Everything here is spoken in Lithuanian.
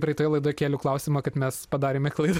praeitoje laidoje kėliau klausimą kad mes padarėme klaidą